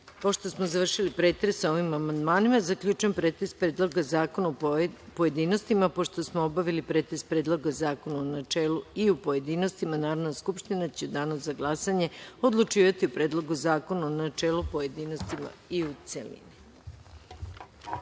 (Ne.)Pošto smo završili pretres o ovim amandmanima, zaključujem pretres Predloga zakona u pojedinostima. Pošto smo obavili pretres Predloga zakona u načelu i u pojedinostima, Narodna skupština će u danu za glasanje odlučivati o Predlogu zakona u načelu, pojedinostima i u